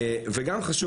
חשוב